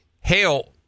Hail